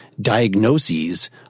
diagnoses